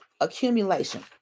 accumulation